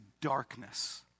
darkness